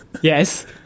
Yes